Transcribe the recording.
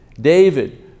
David